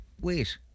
wait